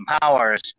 powers